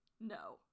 No